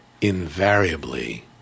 Invariably